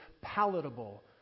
palatable